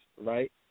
right